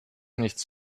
nichts